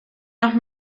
nach